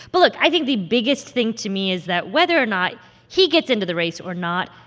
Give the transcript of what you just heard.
but look. i think the biggest thing to me is that whether or not he gets into the race or not,